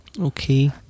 Okay